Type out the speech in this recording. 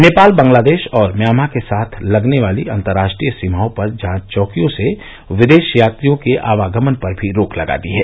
नेपाल बंगलादेश और म्यांमा के साथ लगने वाली अंतर्राष्ट्रीय सीमाओं पर जांच चौकियों से विदेशी यात्रियों के आवागमन पर भी रोक लगा दी है